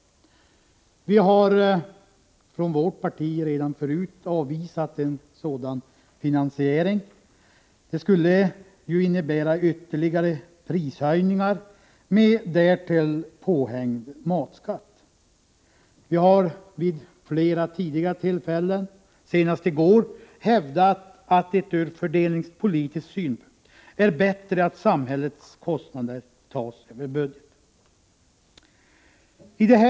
Vi har från vårt parti redan förut avvisat en sådan finansiering. Den skulle ju innebära ytterligare prishöjningar med därtill påhängd matskatt. Vi har vid flera tidigare tillfällen, senast i går, hävdat att det ur fördelningspolitisk synpunkt är bättre att samhällets kostnader tas över budgeten.